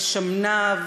משמניו,